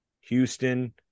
Houston